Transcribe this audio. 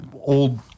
old